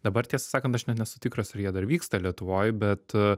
dabar tiesą sakant aš net nesu tikras ar jie dar vyksta lietuvoj bet